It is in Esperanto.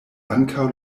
ankaŭ